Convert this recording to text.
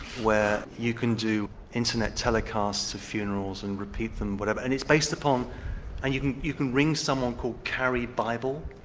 where you can do internet telecasts of funerals and repeat them and whatever. and it's based upon and you can you can ring someone called carrie bible.